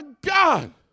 God